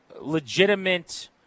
legitimate –